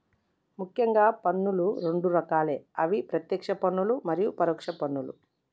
ముఖ్యంగా పన్నులు రెండు రకాలే అవి ప్రత్యేక్ష పన్నులు మరియు పరోక్ష పన్నులు